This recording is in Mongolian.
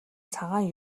цагаан